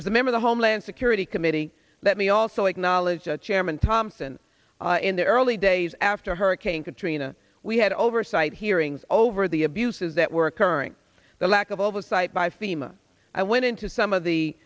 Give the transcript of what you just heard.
as a member the homeland security committee let me also acknowledge that chairman thompson in the early days after hurricane katrina we had oversight hearings over the abuses that were occurring the lack of oversight by fema i went into some of the